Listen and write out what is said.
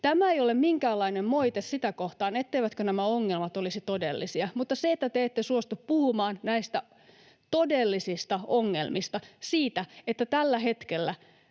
Tämä ei ole minkäänlainen moite sitä kohtaan, etteivätkö nämä ongelmat olisi todellisia, mutta se, että te ette suostu puhumaan näistä todellisista ongelmista, siitä, että tällä hetkellä